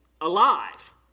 alive